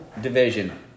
division